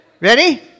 ready